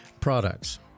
products